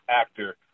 actor